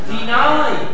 Deny